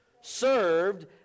Served